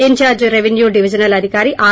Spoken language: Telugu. ఇస్ ధార్ల్ రెవిన్యూ డివిజనల్ అధికారి ఆర్